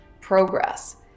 progress